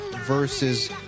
versus